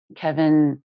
Kevin